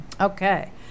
Okay